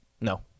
No